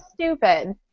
stupid